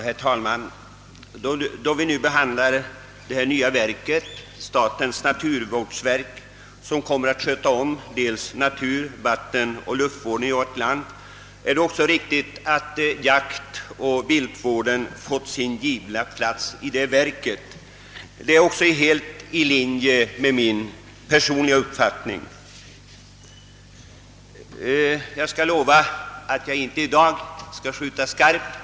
Herr talman! När vi nu behandlar frågan om det nya verk, statens naturvårdsverk, som kommer att sköta om natur-, vattenoch luftvården i vårt land, konstaterar man med tillfredsställelse att jaktoch viltvården fått sin givna plats i verket. Det är helt i linje med min personliga uppfattning; och jag skall därför lova att jag i dag inte kommer att skjuta skarpt.